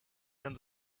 end